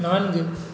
நான்கு